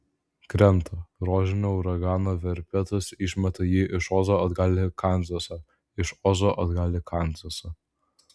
krenta rožinio uragano verpetas išmeta jį iš ozo atgal į kanzasą iš ozo atgal į kanzasą